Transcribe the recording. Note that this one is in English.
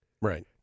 Right